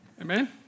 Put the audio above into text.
Amen